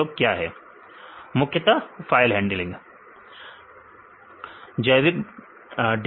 विद्यार्थी file handling मुख्यता file handling जैविक डाटा के लिए